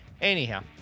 Anyhow